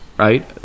Right